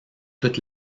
toute